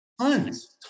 Tons